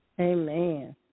Amen